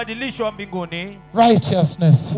righteousness